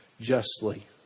justly